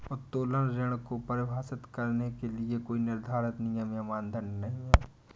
उत्तोलन ऋण को परिभाषित करने के लिए कोई निर्धारित नियम या मानदंड नहीं है